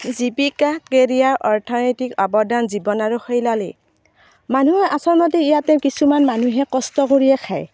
জীৱিকা কেৰিয়াৰ অৰ্থনৈতিক অৱদান জীৱন আৰু শৈললী মানুহ আচল মতে ইয়াতে কিছুমান মানুহে কষ্ট কৰিয়েই খায়